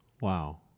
Wow